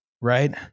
Right